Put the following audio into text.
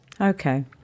okay